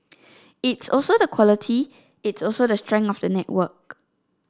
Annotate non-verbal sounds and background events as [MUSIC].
[NOISE] it's also the quality it's also the strength of the network